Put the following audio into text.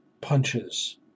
punches